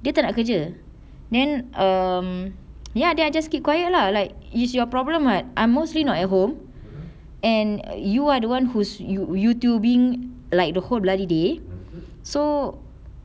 dia tak nak kerja then um ya then I just keep quiet lah like it's your problem [what] I mostly not at home and you are the one who's you~ youtubing like the whole bloody day so